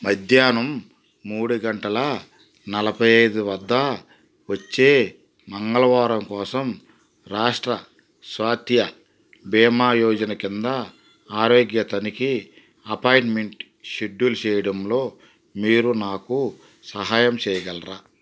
మధ్యాహ్నం మూడు గంటల నలభై ఐదు వద్ద వచ్చే మంగళవారం కోసం రాష్ట్ర స్వాస్థ్య బీమా యోజన కింద ఆరోగ్య తనిఖీ అపాయింట్మెంట్ షెడ్యూల్ చేయడంలో మీరు నాకు సహాయం చేయగలరా